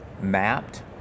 mapped